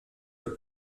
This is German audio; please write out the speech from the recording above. wird